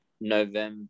november